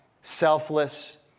selfless